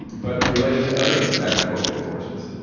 but related to other agricultural forces,